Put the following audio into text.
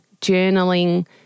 journaling